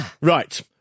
Right